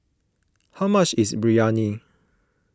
how much is Biryani